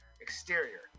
Exterior